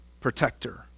protector